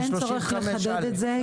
אין צורך לחדד את זה,